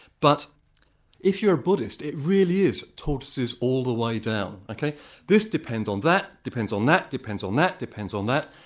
but if you're a buddhist, it really is tortoises all the way down. this depends on that, depends on that, depends on that, depends on that.